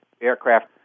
aircraft